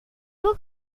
vous